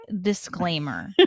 disclaimer